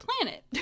planet